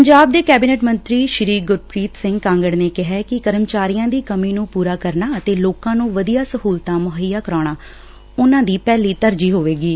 ਪੰਜਾਬ ਦੇ ਕੈਬਨਿਟ ਮੰਤਰੀ ਗੁਰਪ੍ਰੀਤ ਸਿੰਘ ਕਾਂਗੜ ਨੇ ਕਿਹਾ ਕਿ ਕਰਮਚਾਰੀਆਂ ਦੀ ਕਮੀ ਨੂੰ ਪੁਰਾ ਕਰਨਾ ਅਤੇ ਲੋਕਾ ਨੂੰ ਵਧੀਆਂ ਸਹੁਲਤਾਂ ਮੁੱਹਈਆ ਕਰਾਉਣਾ ਉਨੂਾਂ ਦੀ ਪਹਿਲੀ ਤਰਜੀਹ ਹੋਵੇਗੀ